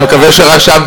אני מקווה שרשמת,